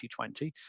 2020